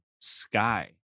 sky